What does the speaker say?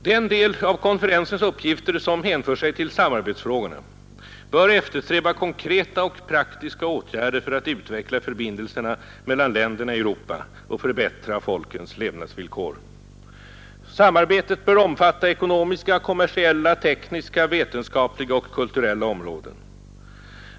Den del av konferensens uppgifter som hänför sig till samarbetsfrågorna bör eftersträva konkreta och praktiska åtgärder för att utveckla förbindelserna mellan länderna i Europa och förbättra folkens levnadsvillkor. Samarbetet bör omfatta ekonomiska, kommersiella, tekniska, vetenskapliga och kulturella områden.